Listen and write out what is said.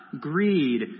greed